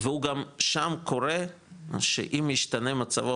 והוא גם שם קורא שאם השתנה מצבו,